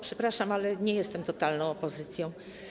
Przepraszam, ale nie jestem totalną opozycją.